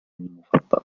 المفضل